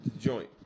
joint